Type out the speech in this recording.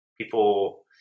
people